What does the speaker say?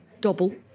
Double